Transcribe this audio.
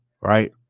right